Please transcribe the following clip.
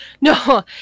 No